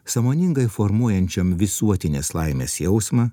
sąmoningai formuojančiam visuotinės laimės jausmą